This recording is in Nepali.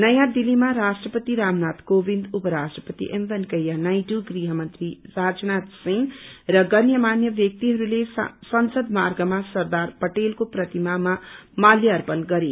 नयाँ दिल्लीमा राष्ट्रपति रामनाथ कोविन्द उपराष्ट्रपति एम वैंकेया नायडू गृहमन्त्री राजनाथ सिंह र गन्यमान्य व्यक्तिहरूले संसद मार्गमा सरदार पटेलको प्रतिमामा माल्य अर्पण गरे